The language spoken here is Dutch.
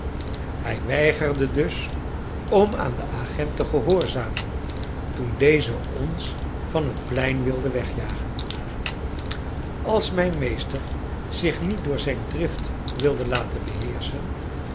hij weigerde dus om aan den agent te gehoorzamen toen deze ons van het plein wilde wegjagen als mijn meester zich niet door zijn drift wilde laten beheerschen